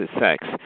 sex